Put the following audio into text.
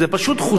זו פשוט חוצפה.